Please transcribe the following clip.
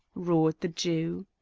roared the jew.